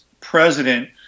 president